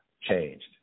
changed